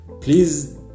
Please